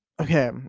okay